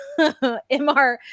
MR